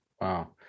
Wow